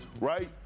right